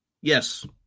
Yes